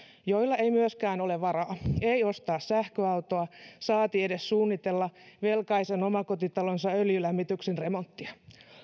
joilla ei myöskään ole varaa ei ostaa sähköautoa saati edes suunnitella velkaisen omakotitalonsa öljylämmityksen remonttia